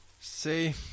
See